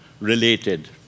related